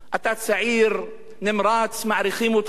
אתה צעיר, נמרץ, מעריכים אותך,